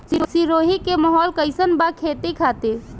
सिरोही के माहौल कईसन बा खेती खातिर?